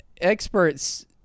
experts